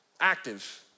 Active